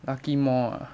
lucky mall